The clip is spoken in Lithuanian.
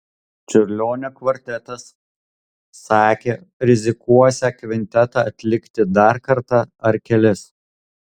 čiurlionio kvartetas sakė rizikuosią kvintetą atlikti dar kartą ar kelis